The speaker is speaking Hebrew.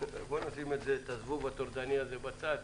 בוא נשים את הזבוב הטורדני הזה בצד.